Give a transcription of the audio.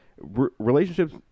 relationships